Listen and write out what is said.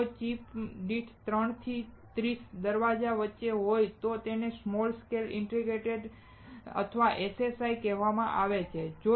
જો તે ચિપ દીઠ ત્રણથી ત્રીસ દરવાજા વચ્ચે હોય તો તેને સ્મોલ સ્કેલ ઇન્ટીગ્રેશન અથવા SSI કહેવામાં આવે છે